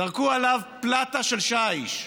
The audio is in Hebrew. זרקו עליו פלטה של שיש,